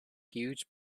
huge